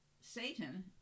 Satan